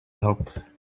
help